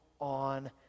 on